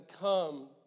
come